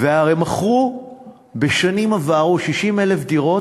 והרי מכרו בשנים עברו 60,000 דירות,